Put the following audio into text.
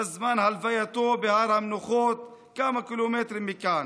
בזמן הלווייתו בהר המנוחות כמה קילומטרים מכאן.